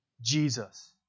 Jesus